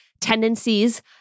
tendencies